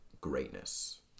greatness